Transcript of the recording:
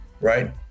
right